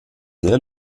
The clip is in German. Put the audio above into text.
sehr